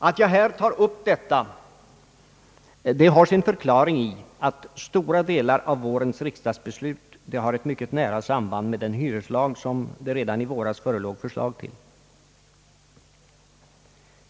Att jag här tar upp denna fråga har sin förklaring i att stora delar av vårens riksdagsbeslut har mycket nära samband med den hyreslag som det redan då förelåg förslag till.